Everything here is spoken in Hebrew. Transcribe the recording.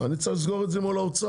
אני צריך לסגור את זה מול האוצר,